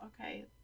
okay